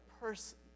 person